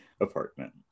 apartment